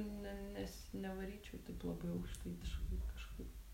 ne nes nevaryčiau taip labai aukštaitiškai kažkaip